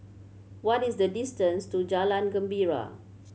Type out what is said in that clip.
what is the distance to Jalan Gembira